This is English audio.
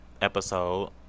episode